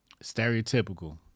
Stereotypical